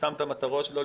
שם את המטרות שלו,